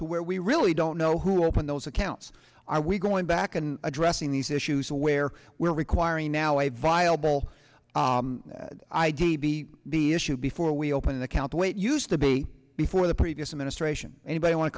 to where we really don't know who open those accounts are we going back and addressing these issues where we're requiring now a viable id be the issue before we open an account the way it used to be before the previous administration anybody want to